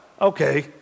Okay